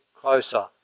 closer